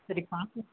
சரி பார்த்து